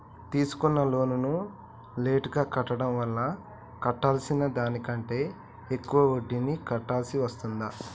తీసుకున్న లోనును లేటుగా కట్టడం వల్ల కట్టాల్సిన దానికంటే ఎక్కువ వడ్డీని కట్టాల్సి వస్తదా?